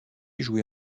jouée